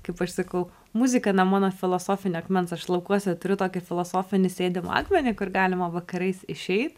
kaip aš sakau muzika nuo mano filosofinio akmens aš laukuose turiu tokį filosofinį sėdimą akmenį kur galima vakarais išeit